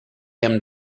him